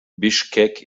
bischkek